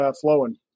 flowing